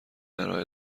ارائه